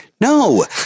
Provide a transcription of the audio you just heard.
No